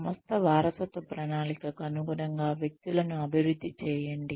సంస్థ వారసత్వ ప్రణాళికకు అనుగుణంగా వ్యక్తులను అభివృద్ధి చేయండి